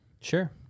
Sure